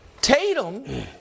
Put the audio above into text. Tatum